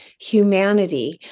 humanity